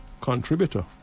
contributor